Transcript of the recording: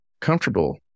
comfortable